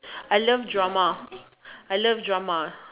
I love drama I love drama